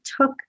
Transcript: took